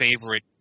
favorite